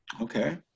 Okay